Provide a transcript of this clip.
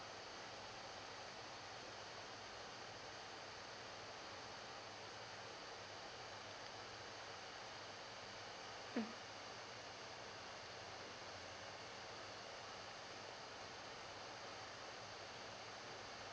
mm